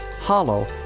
Hollow